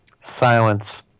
Silence